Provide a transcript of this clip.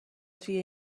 توی